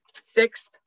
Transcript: Sixth